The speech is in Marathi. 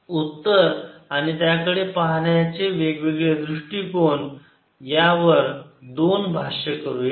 उत्तर आणि त्याकडे पाहण्याच्या वेगवेगळ्या दृष्टिकोनावर दोन भाष्य करूयात